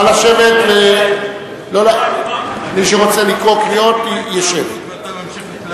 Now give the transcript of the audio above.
הצעת הסיכום שהביא חבר